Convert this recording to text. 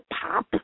pop